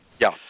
yes